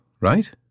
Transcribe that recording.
right